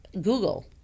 Google